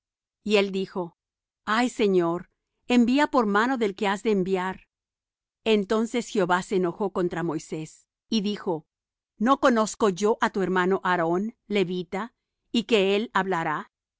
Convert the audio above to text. y él dijo ay señor envía por mano del que has de enviar entonces jehová se enojó contra moisés y dijo no conozco yo á tu hermano aarón levita y que él hablará